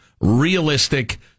realistic